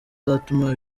zizatuma